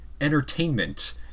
entertainment